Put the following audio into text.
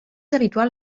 habitual